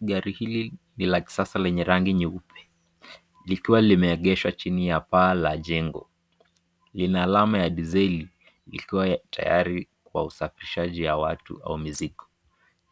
Gari hili ni la kisasa lenye rangi nyeupe likiwa limeegeshwa chini ya paa la njengo lina alama ya dizeli ikiwa tayari kwa usafirishaji ya watu au mizigo.